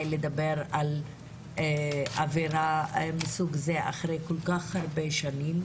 לדבר על עבירה מסוג זה לאחר כל כך הרבה שנים,